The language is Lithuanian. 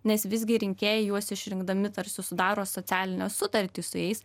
nes visgi rinkėjai juos išrinkdami tarsi sudaro socialinę sutartį su jais